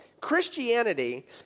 Christianity